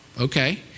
Okay